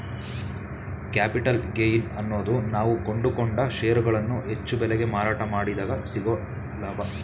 capital gain ಅನ್ನೋದು ನಾವು ಕೊಂಡುಕೊಂಡ ಷೇರುಗಳನ್ನು ಹೆಚ್ಚು ಬೆಲೆಗೆ ಮಾರಾಟ ಮಾಡಿದಗ ಸಿಕ್ಕೊ ಲಾಭ